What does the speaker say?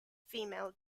female